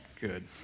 good